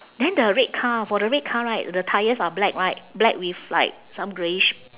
then the red car for the red car right the tyres are black right black with like some greyish